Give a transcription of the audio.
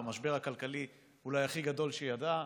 במשבר הכלכלי אולי הכי גדול שהיא ידעה.